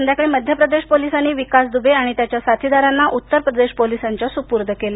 संध्याकाळी मध्यप्रदेश पोलीसांनी विकास दुबे आणि त्याच्या साथीदारांना उत्तरप्रदेश पोलीसांच्या सुपूर्द केलं